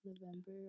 November